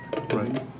Right